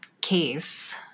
case